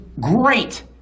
great